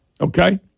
Okay